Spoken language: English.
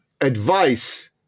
advice